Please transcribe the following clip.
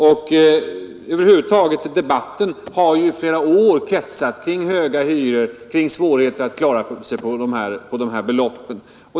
Debatten över huvud taget har ju under flera år kretsat kring höga hyror, kring svårigheterna att klara sig på de här beloppen.